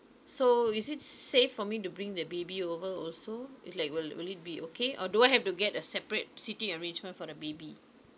so is it safe for me to bring the baby over also it's like will will it be okay or do I have to get a separate seating arrangement for the baby